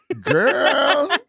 Girl